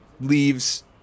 leaves